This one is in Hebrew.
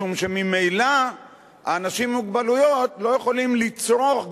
משום שממילא אנשים עם מוגבלויות לא יכולים לצרוך,